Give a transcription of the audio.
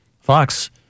Fox